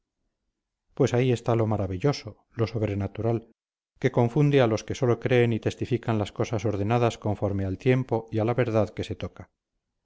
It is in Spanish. pues ahí está lo maravilloso lo sobrenatural que confunde a los que sólo creen y testifican las cosas ordenadas conforme al tiempo y a la verdad que se toca